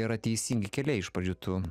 yra teisingi keliai iš pradžių tu